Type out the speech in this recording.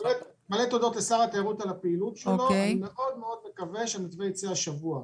מלא הערכה לשר התיירות על הפעילות שלו ואני מקווה שהמתווה יצא השבוע.